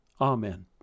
Amen